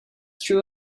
true